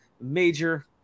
major